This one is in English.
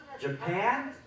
Japan